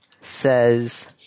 says